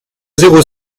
zéro